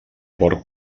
port